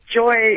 joy